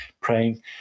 praying